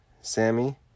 Sammy